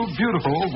beautiful